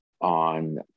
on